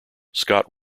scott